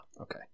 Okay